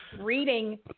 Reading